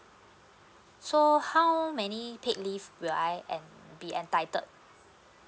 so how many paid leave will I en~ be entitled